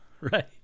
right